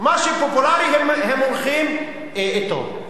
מה שפופולרי, הם הולכים אתו.